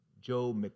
Joe